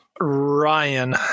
Ryan